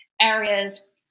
areas